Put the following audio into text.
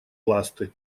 ласты